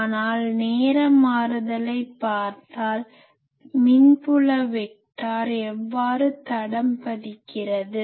ஆனால் நேர மாறுதலை பார்த்தால் மின்புல வெக்டார் எவ்வாறு தடம் பதிக்கிறது